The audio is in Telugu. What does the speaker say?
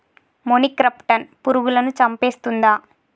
మొనిక్రప్టస్ పురుగులను చంపేస్తుందా?